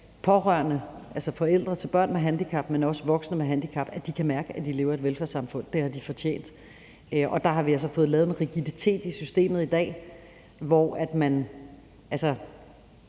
pårørende, altså forældre til børn med handicap, men også voksne med handicap, kan mærke, at de lever i et velfærdssamfund. Det har de fortjent. Der har vi altså fået lavet en rigiditet i systemet i dag. En af